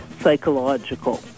psychological